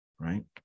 right